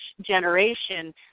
generation